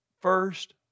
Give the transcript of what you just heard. first